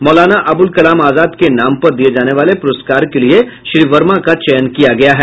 मौलाना अब्रुल कलाम आजाद के नाम पर दिये जाने वाले पुरस्कार के लिये श्री वर्मा का चयन किया गया है